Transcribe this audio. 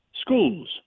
schools